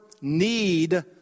need